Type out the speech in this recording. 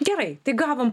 gerai tai gavom